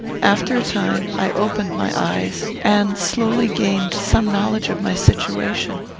after a time i opened my eyes, and slowly gained some knowledge of my situation.